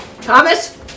Thomas